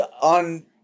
on